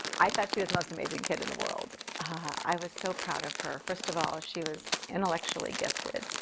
i thought she was the most amazing kid in the world. i was so proud of her. first of all she was intellectually gifted.